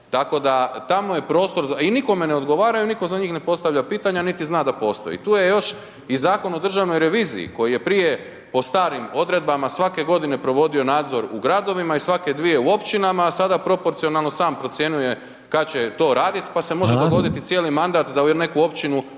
Tako da tamo je prostor i nikome ne odgovaraju, nitko za njih ne postavlja pitanja, niti zna da postoji. Tu je još i Zakon o državnoj reviziji, koji je prije po starim odredbama, svake godine provodio nadzor u gradovima i svake dvije u općinama, a sada proporcionalno sam procjenjuje kada će to raditi pa se može dogoditi cijeli mandat, da u neku općinu